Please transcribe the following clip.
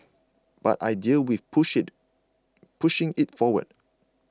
but I deal with push it pushing it forward